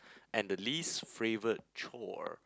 and the least favourite chore